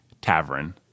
tavern